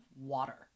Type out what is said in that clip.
water